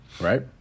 right